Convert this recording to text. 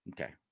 Okay